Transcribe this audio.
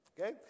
Okay